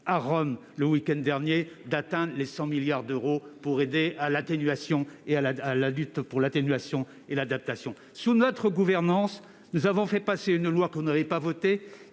à Rome, le week-end dernier, d'atteindre les 100 milliards d'euros en faveur de la lutte pour l'atténuation et l'adaptation. Sous notre gouvernance, nous avons fait passer une loi, que vous n'avez pas votée,